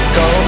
go